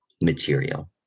material